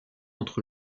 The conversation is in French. entre